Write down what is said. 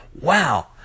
wow